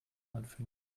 anfänger